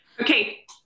Okay